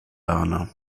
erna